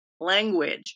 language